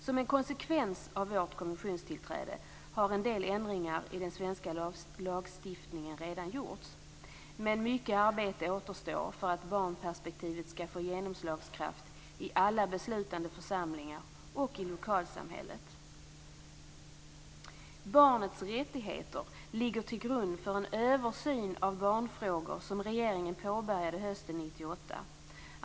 Som en konsekvens av vårt konventionstillträde har en del ändringar i den svenska lagstiftningen redan gjorts, men mycket arbete återstår för att barnperspektivet skall få genomslagskraft i alla beslutande församlingar och i lokalsamhället. Barnets rättigheter ligger till grund för en översyn av barnfrågor som regeringen påbörjade hösten 1998.